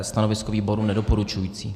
Stanovisko výboru nedoporučující.